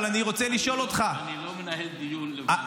אבל אני רוצה לשאול אותך --- אני לא מנהל דיון לבד.